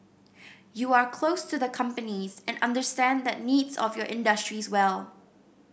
you are close to the companies and understand the needs of your industries well